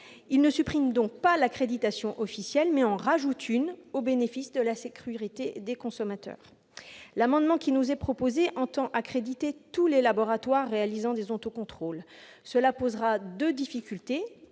Il ne supprime donc pas l'accréditation officielle, mais en ajoute une, au bénéfice de la sécurité des consommateurs. L'amendement qui nous est proposé tend à accréditer tous les laboratoires accomplissant des autocontrôles. Son adoption poserait deux difficultés